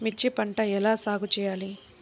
మిర్చి పంట ఎలా సాగు చేయాలి?